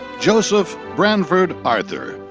joseph brandford arthur.